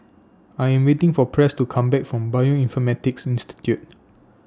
I Am waiting For Press to Come Back from Bioinformatics Institute